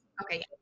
Okay